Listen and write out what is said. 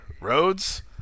Roads